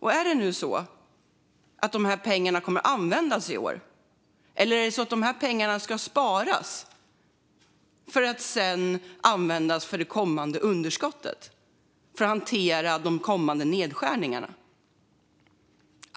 Kommer dessa pengar att användas i år, eller ska de sparas för att sedan användas till det kommande underskottet för att hantera de kommande nedskärningarna?